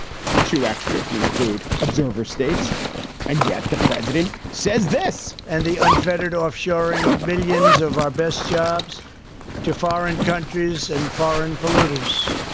two extra if you include observer states and yet the president says this and the unfettered offshoring of millions of our best jobs to foreign countries and foreign polluters.